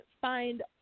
find